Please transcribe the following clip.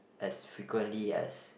as frequently as